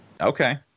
Okay